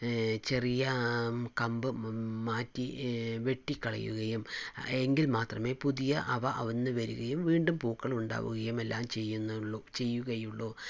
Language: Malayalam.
ചെറിയ കമ്പും മാറ്റി വെട്ടിക്കളയുകയും എങ്കിൽ മാത്രമേ പുതിയ അവ ഒന്ന് വരുകയും വീണ്ടും പൂക്കളുണ്ടാകുകയുമെല്ലാം ചെയ്യുന്നുള്ളു ചെയ്യുകയുള്ളു